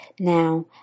Now